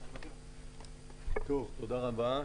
תודה רבה.